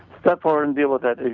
step forward and deal with that.